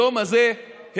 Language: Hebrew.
היום הזה הגיע.